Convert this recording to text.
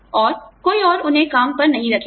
और कोई और उन्हें काम पर नहीं रखेगा